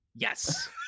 yes